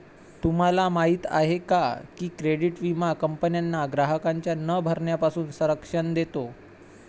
तुम्हाला माहिती आहे का की क्रेडिट विमा कंपन्यांना ग्राहकांच्या न भरण्यापासून संरक्षण देतो